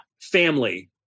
family